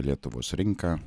lietuvos rinka